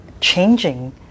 changing